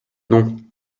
non